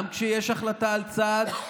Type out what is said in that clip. גם כשיש החלטה על צעד,